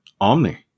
Omni